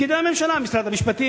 את פקידי הממשלה: משרד המשפטים,